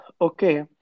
Okay